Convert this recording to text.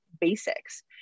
basics